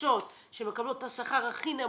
מוחלשות שמקבלות את השכר הכי נמוך,